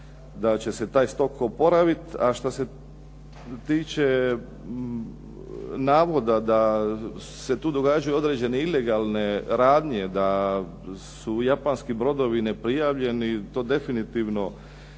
da će se taj stok oporaviti, a što se tiče navoda da se tu događaju određene ilegalne radnje da su japanski brodovi neprijavljeni, to definitivno